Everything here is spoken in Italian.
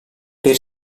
per